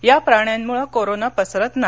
या प्राण्यांमुळे कोरोना पसरत नाही